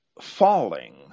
falling